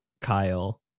Kyle